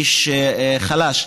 איש חלש,